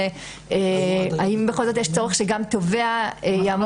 היא בשאלה האם בכל זאת יש צורך שגם תובע יעמוד